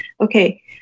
okay